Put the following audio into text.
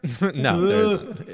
No